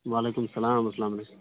وعلیکُم سلام اسلامُ علیکُم